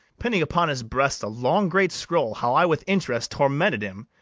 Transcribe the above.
pinning upon his breast a long great scroll how i with interest tormented him.